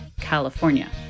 California